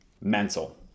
Mental